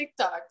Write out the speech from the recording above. TikToks